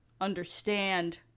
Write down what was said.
understand